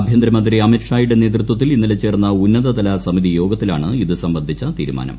ആഭ്യന്തരമന്ത്രി അമിത് ഷായുടെ നേതൃത്വത്തിൽ ഇന്നലെ ചേർന്ന ഉന്നതതല സമിതി യോഗത്തിലാണ് ഇത് സംബന്ധിച്ച തീരുമാനം